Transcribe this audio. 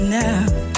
now